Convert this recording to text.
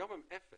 היום הן אפס.